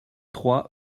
trois